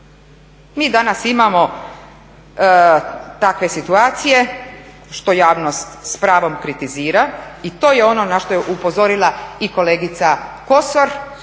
Mi danas imamo takve situacije što javnost s pravom kritizira i to je ono na što je upozorila i kolegica Kosor,